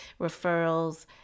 referrals